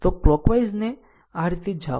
તો કલોકવાઈઝ ની આ રીતે જાઓ